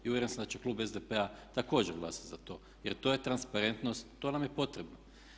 I uvjeren sam da će klub SDP-a također glasati za to, jer to je transparentnost, to nam je potrebno.